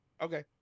Okay